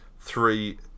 three